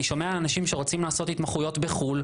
אני שומע על אנשים שרוצים לעשות התמחויות בחו"ל,